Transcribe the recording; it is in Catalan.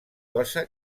cosa